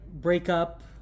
breakup